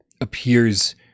appears